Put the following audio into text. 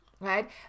Right